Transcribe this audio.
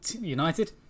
United